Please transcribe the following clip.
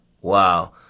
Wow